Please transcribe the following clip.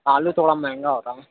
آلو تھوڑا مہنگا ہو رہا ہے